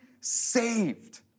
saved